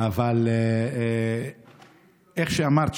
אבל איך שאמרת,